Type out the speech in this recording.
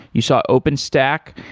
you saw open stack.